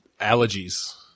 allergies